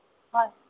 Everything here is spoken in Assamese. হয়